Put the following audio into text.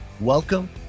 welcome